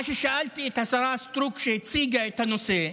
שאלתי את השרה סטרוק כשהציגה את הנושא: